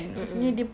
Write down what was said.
mm mm